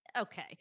Okay